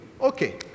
Okay